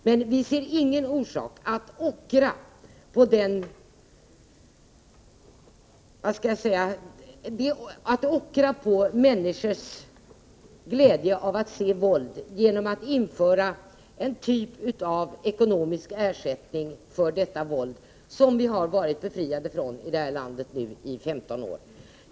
Vi finner inget skäl till att ockra på människors glädje av att se våld genom att införa en typ av ekonomisk ersättning för detta våld, som vi i detta land nu har varit befriade ifrån i 15 år.